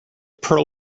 pearl